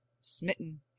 smitten